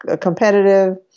competitive